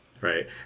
Right